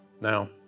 Now